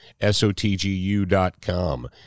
SOTGU.com